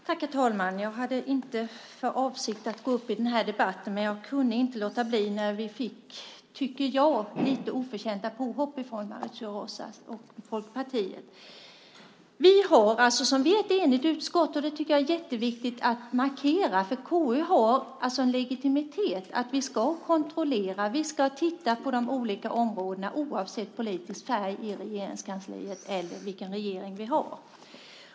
Herr talman! Jag hade inte för avsikt att gå upp i debatten, men jag kunde inte låta bli när vi fick i mitt tycke lite oförtjänta påhopp från Mauricio Rojas och Folkpartiet. Vi är ett enigt utskott, och det tycker jag är jätteviktigt att markera. KU har legitimitet. KU ska kontrollera och titta på de olika områdena oavsett politisk färg i Regeringskansliet och oavsett vilken regering vi har.